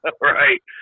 Right